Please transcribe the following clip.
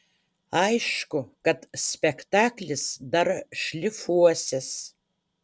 aišku kad spektaklis dar šlifuosis